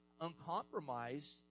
uncompromised